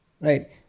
right